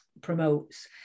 promotes